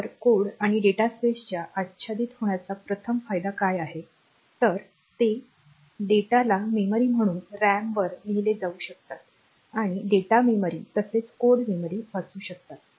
तर कोड आणि डेटास्पेसच्या आच्छादित होण्याचा प्रथम फायदा काय आहे तर ते डेटाला मेमरी म्हणून रॅमवर लिहिले जाऊ शकतात आणि डेटा मेमरी तसेच कोड मेमरी वाचू शकतात